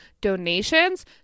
donations